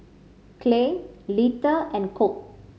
Clay Lita and Colt